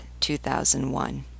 2001